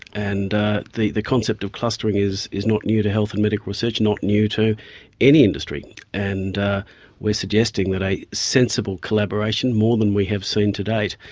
and ah the the concept of clustering is is not new to health and medical research, not new to any industry. and we're suggesting that a sensible collaboration, more than we have seen to date,